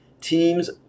teams